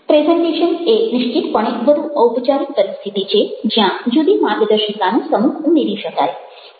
presentation એ નિશ્ચિતપણે વધુ ઔપચારિક પરિસ્થિતિ છે જ્યાં જુદી માર્ગદર્શિકાનો સમૂહ ઉમેરી શકાય